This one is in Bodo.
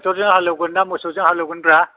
ट्रेकटरजों हालेवगोन ना मोसौजों हालेवगोनब्रा